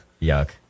yuck